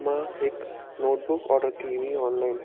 ऐं मां हिकु नोटबुक ऑडर कई हुई ऑनलाइन